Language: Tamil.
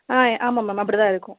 ஆ ஆமாம் மேம் அப்படி தான் இருக்கும்